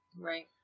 Right